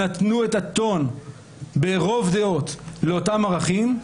הם נתנו את הטון ברוב דעות לאותם ערכים,